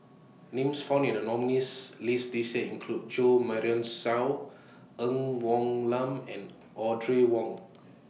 Names found in The nominees' list This Year include Jo Marion Seow Ng Woon Lam and Audrey Wong